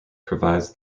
provides